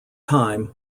time